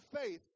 faith